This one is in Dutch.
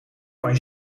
van